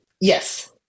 Yes